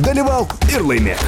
dalyvauk ir laimėk